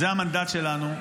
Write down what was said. זה המנדט שלנו,